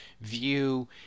view